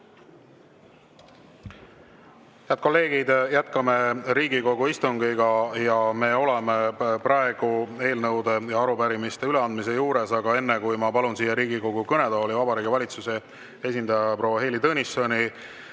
Head kolleegid, jätkame Riigikogu istungit. Me oleme praegu eelnõude ja arupärimiste üleandmise juures. Aga enne, kui ma palun siia Riigikogu kõnetooli Vabariigi Valitsuse esindaja proua Heili Tõnissoni,